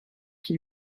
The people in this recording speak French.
qui